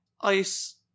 Ice